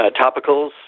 topicals